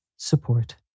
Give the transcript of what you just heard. support